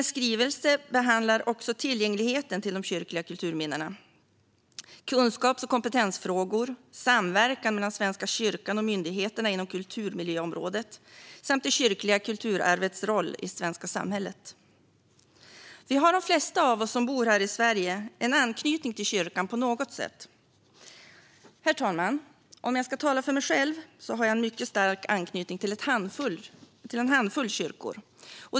Skrivelsen behandlar också tillgängligheten till de kyrkliga kulturminnena liksom kunskaps och kompetensfrågor, samverkan mellan Svenska kyrkan och myndigheter inom kulturmiljöområdet samt det kyrkliga kulturarvets roll i det svenska samhället. De flesta av oss som bor här i Sverige har på något sätt en anknytning till kyrkan. Herr talman! Om jag ska tala för mig själv kan jag säga att jag har en mycket stark anknytning till en handfull kyrkor.